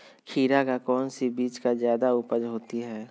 खीरा का कौन सी बीज का जयादा उपज होती है?